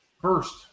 first